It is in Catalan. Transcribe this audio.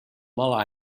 mal